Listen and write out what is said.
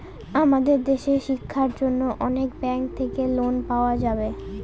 আমাদের দেশের শিক্ষার জন্য অনেক ব্যাঙ্ক থাকে লোন পাওয়া যাবে